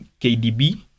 KDB